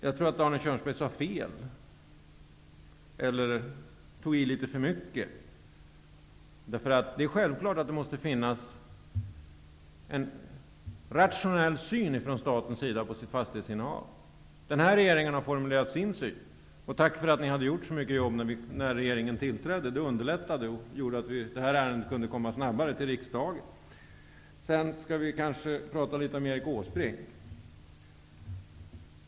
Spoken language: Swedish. Jag tror att Arne Kjörnsberg sade fel eller tog i litet för mycket. Det är självklart att man från statens sida måste ha en rationell syn på sitt fastighetsinnehav. Den här regeringen har formulerat sin syn. Tack för att ni hade gjort så mycket jobb när den regeringen tillträdde -- det underlättade arbetet och gjorde att det här ärendet kunde komma snabbare till riksdagen. Sedan skall vi kanske tala litet om Erik Åsbrink.